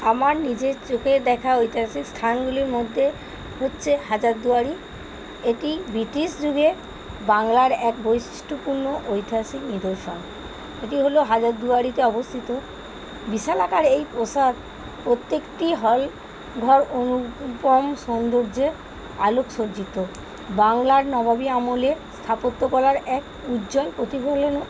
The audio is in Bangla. আমার নিজের চোখে দেখা ঐতিহাসিক স্থানগুলির মধ্যে হচ্ছে হাজারদুয়ারি এটি ব্রিটিশ যুগে বাংলার এক বৈশিষ্ট্যপূর্ণ ঐতিহাসিক নিদর্শন এটি হল হাজারদুয়ারিতে অবস্থিত বিশালাকার এই প্রাসাদ প্রত্যেকটি হলঘর অনুপম সৌন্দর্যে আলোকসজ্জিত বাংলার নবাবি আমলে স্থাপত্যকলার এক উজ্জ্বল প্রতিফলন